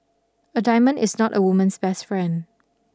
a diamond is not a woman's best friend